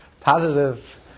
positive